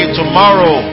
tomorrow